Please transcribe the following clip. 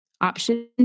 option